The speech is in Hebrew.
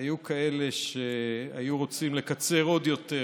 היו כאלה שהיו רוצים לקצר עוד יותר,